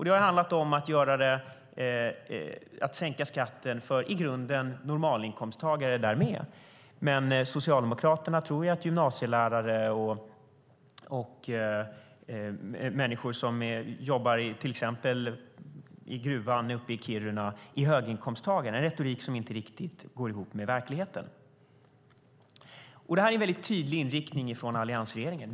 Det har i grunden handlat om att sänka skatten för normalinkomsttagare där också, men Socialdemokraterna tror ju att till exempel gymnasielärare och människor som jobbar i gruvan uppe i Kiruna är höginkomsttagare. Det är en retorik som inte riktigt går ihop med verkligheten. Det här är en tydlig inriktning från alliansregeringen.